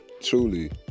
truly